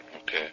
Okay